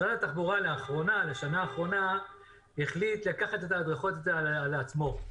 משרד התחבורה לשנה האחרונה החליט לקחת את ההדרכות על עצמו.